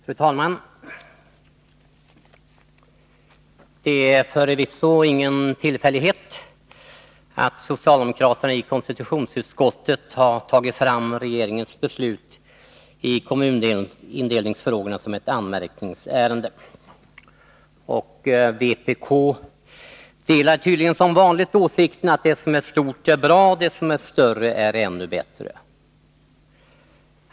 Fru talman! Det är förvisso ingen tillfällighet att socialdemokraterna i konstitutionsutskottet har tagit fram regeringens beslut i kommunindelningsfrågorna som ett anmärkningsärende. Och vpk delar tydligen som vanligt åsikten att det som är stort är bra och det som är större är ännu bättre.